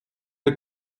der